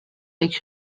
võiks